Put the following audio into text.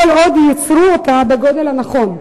כל עוד ייצרו אותה בגודל הנכון.